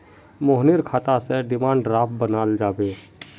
मोहनेर खाता स डिमांड ड्राफ्ट बनाल जाबे